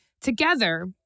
Together